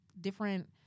different